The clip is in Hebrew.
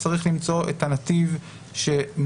צריך למצוא את הנתיב שמותיר,